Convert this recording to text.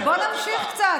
אבל בואו נמשיך קצת.